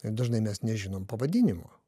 ir dažnai mes nežinom pavadinimo